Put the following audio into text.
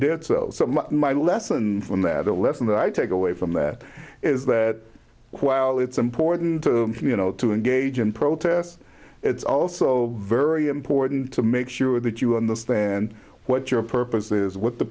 did so my lesson from that a lesson that i take away from that is that while it's important to you know to engage in protests it's also very important to make sure that you understand what your purpose is what the